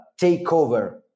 takeover